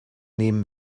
nehmen